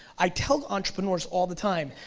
i tell entrepreneurs all the time,